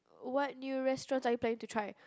what new restaurants are you planning to try